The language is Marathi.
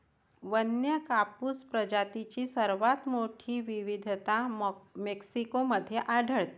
वन्य कापूस प्रजातींची सर्वात मोठी विविधता मेक्सिको मध्ये आढळते